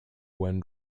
when